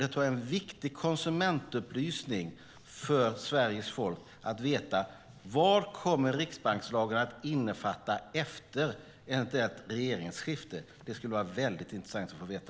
Det är en viktig konsumentupplysning för Sveriges folk att veta vad riksbankslagen kommer att innefatta efter ett eventuellt regeringsskifte. Det skulle vara väldigt intressant att få veta.